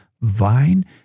vine